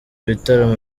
ibitaramo